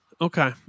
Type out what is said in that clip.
Okay